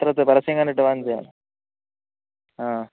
പരസ്യം കണ്ടിട്ട് ചെയ്യാനോ ആ